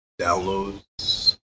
downloads